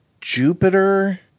Jupiter